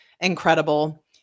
incredible